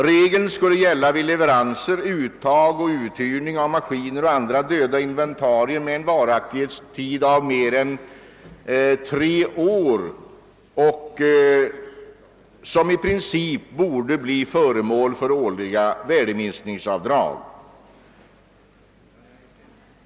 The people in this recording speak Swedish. Regeln skulle gälla vid leveranser, uttag och uthyrning av maskiner och andra döda inventarier med en varaktighetstid av Gas som ——— som trycksak. Frimärken, sedlar och mynt äro att hänföra till varor då de uppenbarligen äro avsedda för samlarändamål. mer än tre år och som i princip borde bli föremål för årliga värdeminskningsavdrag.